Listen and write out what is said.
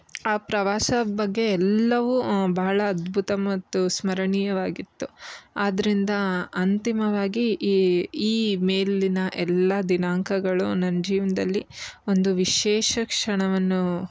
ಆ ಪ್ರವಾಸದ ಬಗ್ಗೆ ಎಲ್ಲವೂ ಭಾಳ ಅದ್ಭುತ ಮತ್ತು ಸ್ಮರಣೀಯವಾಗಿತ್ತು ಆದ್ದರಿಂದ ಅಂತಿಮವಾಗಿ ಈ ಈ ಮೇಲಿನ ಎಲ್ಲ ದಿನಾಂಕಗಳು ನನ್ನ ಜೀವನ್ದಲ್ಲಿ ಒಂದು ವಿಶೇಷ ಕ್ಷಣವನ್ನು